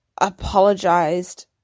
apologized